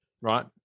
right